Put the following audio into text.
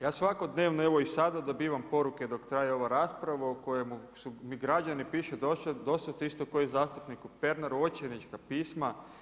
Ja svakodnevno evo i sada dobivam poruke dok traje ova rasprava u kojemu su mi građani pišu doslovce isto ko i zastupniku Pernaru očajnička pisma.